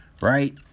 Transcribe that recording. right